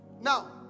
now